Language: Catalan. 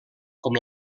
com